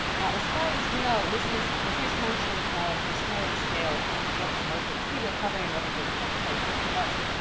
now as far as we know, this is the first mention of the smaller scale anthropomorphic figure hovering over the right shoulder of the bust,